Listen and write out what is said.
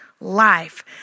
life